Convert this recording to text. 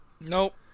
Nope